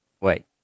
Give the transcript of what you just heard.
Wait